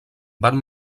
van